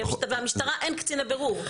למשטרה אין קציני בירור,